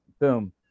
boom